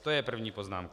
To je první poznámka.